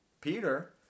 Peter